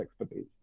expertise